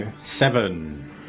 seven